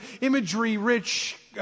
imagery-rich